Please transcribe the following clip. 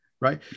right